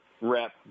rep